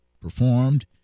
performed